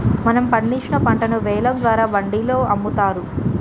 మనం పండించిన పంటను వేలం ద్వారా వాండిలో అమ్ముతారు